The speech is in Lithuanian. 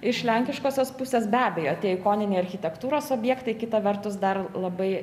iš lenkiškosios pusės be abejo tie ikoniniai architektūros objektai kita vertus dar labai